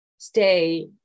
stay